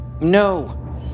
No